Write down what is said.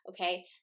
okay